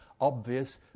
obvious